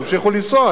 ימשיכו לנסוע,